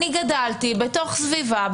אני גדלתי בתוך סביבה,